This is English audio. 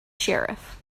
sheriff